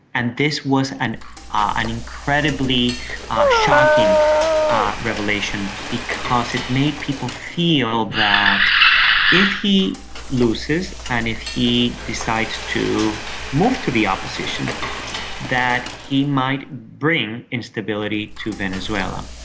and this was an ah an incredibly shocking ah revelation, because it made people feel that if he loses and if he decides to move to the opposition that he might bring instability to venezuela.